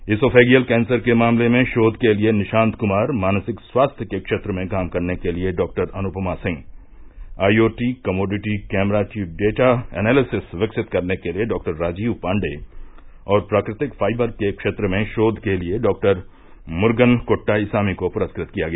oesophageal cancer के मामले में शोध के लिए निशांत कृमार मानसिक स्वास्थ्य के क्षेत्र में काम करने के लिए Dr Anupama Singh IoT commodity camera की डाटा एनालिसिस विकसित करने के लिए डॉ राजीव पांडे और प्राकृतिक फाइबर के क्षेत्र में शोघ के लिए डॉ मुर्गन कोट्टाईसामी को पुरस्कृत किया गया